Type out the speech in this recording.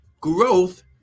growth